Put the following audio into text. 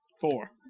Four